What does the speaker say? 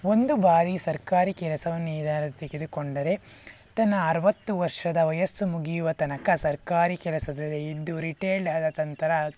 ಒಂದು ಬಾರಿ ಸರ್ಕಾರಿ ಕೆಲಸವನ್ನು ಏನಾರು ತೆಗೆದುಕೊಂಡರೆ ತನ್ನ ಅರುವತ್ತು ವರ್ಷದ ವಯಸ್ಸು ಮುಗಿಯುವ ತನಕ ಸರ್ಕಾರಿ ಕೆಲಸದಲ್ಲಿ ಇದ್ದು ರಿಟೈರ್ಡ್ ಆದ ನಂತರ